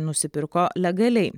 nusipirko legaliai